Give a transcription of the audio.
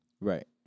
Right